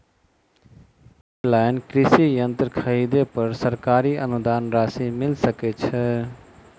Online कृषि यंत्र खरीदे पर सरकारी अनुदान राशि मिल सकै छैय?